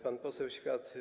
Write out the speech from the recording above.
Pan poseł Świat.